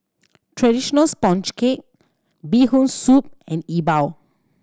traditional sponge cake Bee Hoon Soup and E Bua